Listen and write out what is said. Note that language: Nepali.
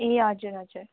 ए हजुर हजुर